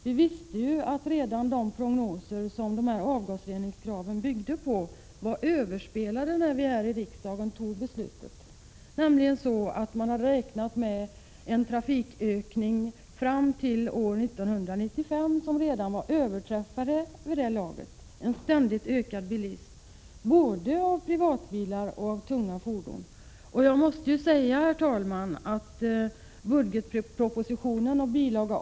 Vi visste nämligen att de prognoser som avgasreningskraven byggde på redan var överspelade när vi här i riksdagen tog beslutet. Den trafikökning fram till år 1995 som man hade räknat med hade ju överträffats redan vid det laget. Det är alltså fråga om en ständigt ökande bilism — det gäller både personbilar och tunga fordon. Jag måste säga, herr talman, att budgetpropositionen och bil.